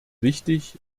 wichtig